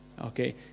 Okay